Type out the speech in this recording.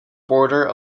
border